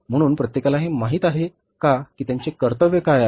म्हणून प्रत्येकाला हे माहित आहे की त्यांचे कर्तव्य काय आहे